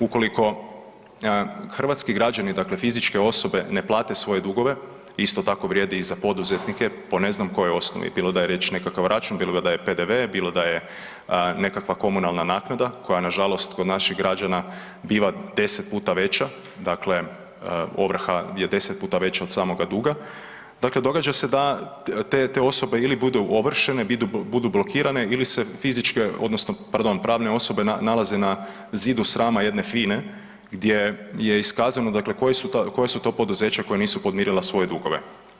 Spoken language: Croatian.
Ukoliko hrvatski građani, dakle, fizičke osobe ne plate svoje dugove, isto tako vrijedi i za poduzetnike, po ne znam kojoj osnovi, bilo da je riječ nekakav račun, bilo da je PDV, bilo da je nekakva komunalna naknada, koja nažalost kod naših građana biva 10 puta veća, dakle, ovrha je 10 puta veća od samoga duga, dakle događa se da te, te osobe ili budu ovršene, budu blokirane, ili se fizičke odnosno pardon, pravne osobe nalaze na zidu srama jedne FINA-e gdje je iskazano dakle, koja su to poduzeća koja nisu podmirila svoje dugove.